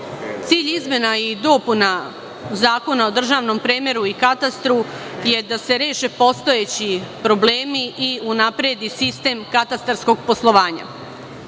izmena i dopuna Zakona o državnom premeru i katastru je da se reše postojeći problemi i unapredi sistem katastarskog poslovanja.